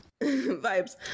vibes